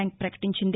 bank పకటించింది